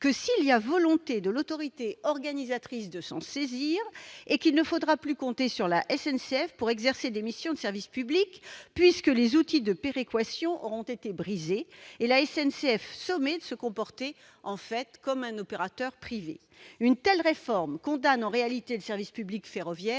que s'il y a volonté de l'autorité organisatrice de s'en saisir. Il ne faudra plus compter sur la SNCF pour exercer des missions de service public, puisque les outils de péréquation auront été brisés et la SNCF sommée de se comporter comme un opérateur privé. Une telle réforme condamne en réalité le service public ferroviaire